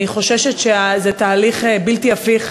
אני חוששת שזה תהליך בלתי הפיך,